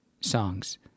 songs